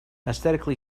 aesthetically